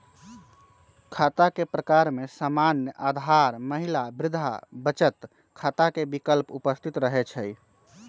खता के प्रकार में सामान्य, आधार, महिला, वृद्धा बचत खता के विकल्प उपस्थित रहै छइ